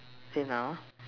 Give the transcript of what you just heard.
save now